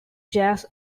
jazz